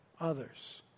others